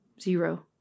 Zero